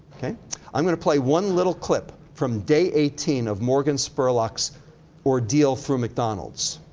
i'm gonna play one little clip from day eighteen of morgan spurlock's ordeal through mcdonalds.